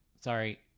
sorry